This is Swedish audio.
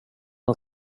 han